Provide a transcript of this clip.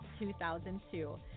2002